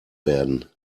werden